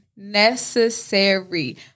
necessary